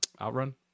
OutRun